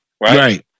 Right